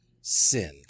sinned